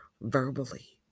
verbally